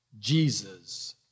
Jesus